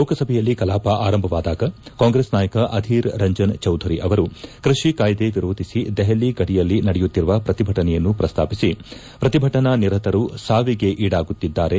ಲೋಕಸಭೆಯಲ್ಲಿ ಕಲಾಪ ಆರಂಭವಾದಾಗ ಕಾಂಗ್ರೆಸ್ ನಾಯಕ ಅಧೀರ್ ರಂಜನ್ ಚೌಧುರಿ ಅವರು ಕೃಷಿ ಕಾಯ್ದೆ ವಿರೋಧಿಸಿ ದೆಹಲಿ ಗಡಿಯಲ್ಲಿ ನಡೆಯುತ್ತಿರುವ ಪ್ರತಿಭಟನೆಯನ್ನು ಪ್ರಸ್ತಾಪಿಸಿ ಪ್ರತಿಭಟನಾನಿರತರು ಸಾವಿಗೆ ಈಡಾಗುತ್ತಿದ್ದಾರೆ